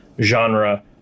genre